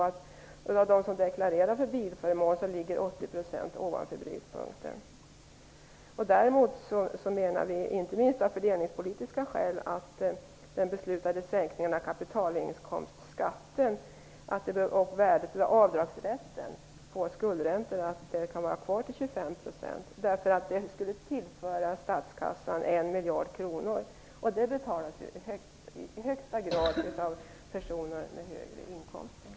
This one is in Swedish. Av dem som deklarerar för bilförmån ligger 80 % ovanför brytpunkten. Däremot menar vi, inte minst av fördelningspolitiska skäl, att den beslutade säkringen av kapitalinkomstskatten och den värdefulla rätten för avdrag på skuldräntorna upp till 25 % kan gärna vara kvar. Det skulle tillföra statskassan 1 miljard kronor. Det betalas i högsta grad av personer med högre inkomster.